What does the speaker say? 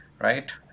Right